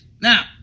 Now